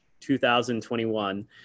2021